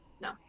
No